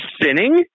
sinning